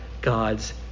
God's